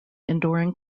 enduring